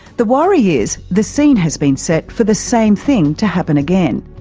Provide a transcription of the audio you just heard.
the worry is the scene has been set for the same thing to happen again.